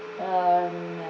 um